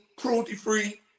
Cruelty-free